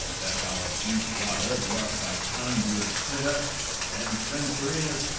that our best water brought by conduits hither and censorinus,